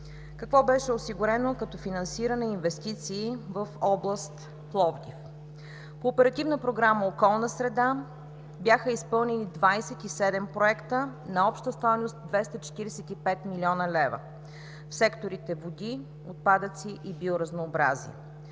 Какво беше осигурено като финансиране и инвестиции в област Пловдив? По Оперативна програма „Околна среда“ бяха изпълнени 27 проекта на обща стойност 245 млн. лв. в секторите „Води“, „Отпадъци“ и „Биоразнообразие“.